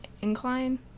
incline